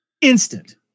Instant